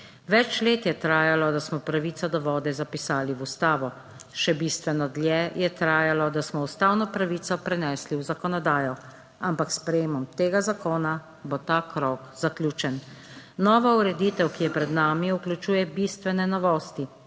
Več let je trajalo, da smo pravico do vode zapisali v Ustavo, še bistveno dlje je trajalo, da smo ustavno pravico prenesli v zakonodajo, ampak s sprejemom tega zakona bo ta krog zaključen. Nova ureditev, ki je pred nami, vključuje bistvene novosti.